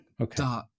Okay